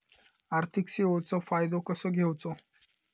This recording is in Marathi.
आर्थिक सेवाचो फायदो कसो घेवचो?